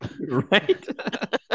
Right